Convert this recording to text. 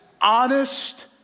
honest